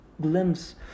Glimpse